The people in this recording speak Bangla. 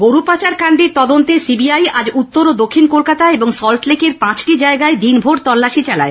গরু পাচারকান্ডের তদন্তে সিবিআই আজ উত্তর ও দক্ষিণ কলকাতা এবং সল্টলেকের পাঁচটি জায়গায় দিনভর তল্লাশি চালায়